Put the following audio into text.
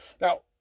Now